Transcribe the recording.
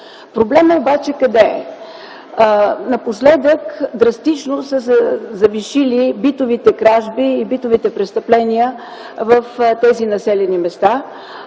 Къде е обаче проблемът? Напоследък драстично са се завишили битовите кражби и битовите престъпления в тези населени места.